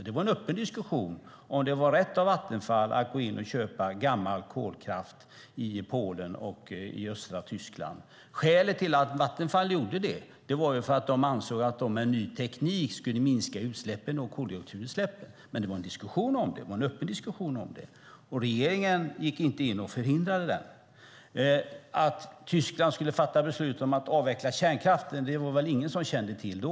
Det var en öppen diskussion om det var rätt av Vattenfall att gå in och köpa gammal kolkraft i Polen och östra Tyskland. Skälet till att Vattenfall gjorde det var att de ansåg att de med ny teknik skulle minska utsläppen av bland annat koldioxid. Men det var en öppen diskussion om det. Regeringen gick inte in och förhindrade den. Att Tyskland skulle fatta beslut om att avveckla kärnkraften var det väl ingen som kände till då.